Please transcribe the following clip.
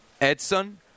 Edson